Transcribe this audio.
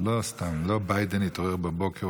זה לא סתם שביידן התעורר בבוקר,